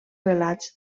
relats